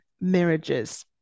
marriages